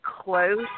close